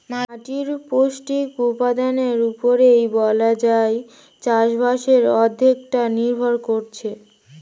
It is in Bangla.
মাটির পৌষ্টিক উপাদানের উপরেই বলা যায় চাষবাসের অর্ধেকটা নির্ভর করছে